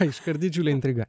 iškart didžiulė intriga